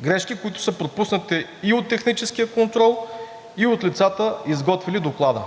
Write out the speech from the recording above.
грешки, които са пропуснати, и от техническия контрол, и от лицата, изготвили доклада.